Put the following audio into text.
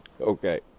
Okay